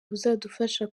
buzadufasha